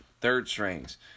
third-strings